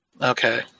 Okay